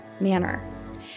manner